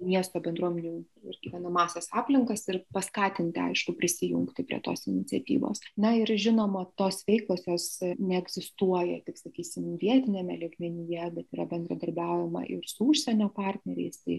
miesto bendruomenių ir gyvenamąsias aplinkas ir paskatinti aišku prisijungti prie tos iniciatyvos na ir žinoma tos veiklos jos neegzistuoja tik sakysim vietiniame lygmenyje bet yra bendradarbiaujama ir su užsienio partneriais tai